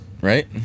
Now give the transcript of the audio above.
Right